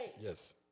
Yes